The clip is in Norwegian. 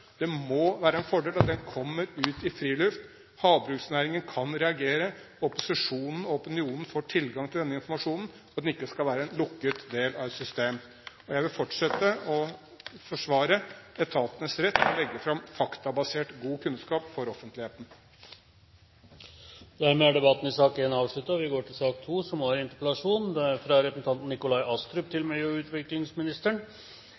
Det må være en fordel at den kommer ut «i friluft». Havbruksnæringen kan reagere. Opposisjonen og opinionen får tilgang til denne informasjonen, den skal ikke være en lukket del av et system. Jeg vil fortsette å forsvare etatenes rett til å legge fram faktabasert, god kunnskap for offentligheten. Dermed er sak nr. 1 avsluttet. Det er hyggelig at det er såpass «mange» her når vi